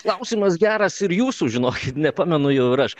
klausimas geras ir jūsų žino nepamenu jau ir aš